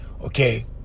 Okay